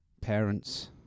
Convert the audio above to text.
parents